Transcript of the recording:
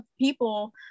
people